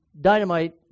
dynamite